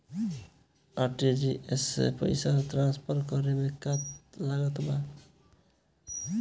RTGS से पईसा transfer करे मे का का लागत बा?